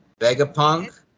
Vegapunk